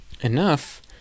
enough